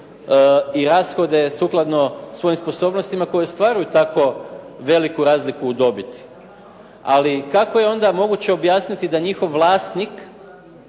i rashode sukladno svojim sposobnostima koje ostvaruju tako veliku razliku u dobiti. Ali kako je onda moguće objasniti da njihov vlasnik